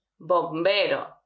Bombero